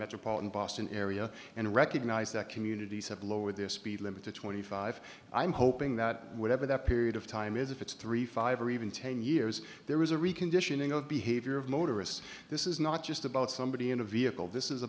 metropolitan boston area and recognize that communities have lowered their speed limit to twenty five i'm hoping that whatever that period of time is if it's three five or even ten years there is a reconditioning of behavior of motorists this is not just about somebody in a vehicle this is